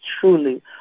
truly